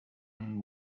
and